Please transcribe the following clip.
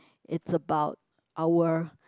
it's about our